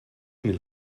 mil